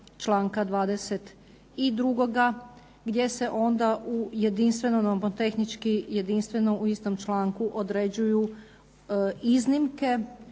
članka 22. gdje se onda u jedinstveno nomotehnički jedinstveno određuju iznimke